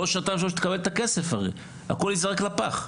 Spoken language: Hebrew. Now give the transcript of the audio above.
בעוד שנתיים שלוש היא הרי תקבל את הכסף והכול ייזרק לפח.